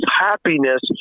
happiness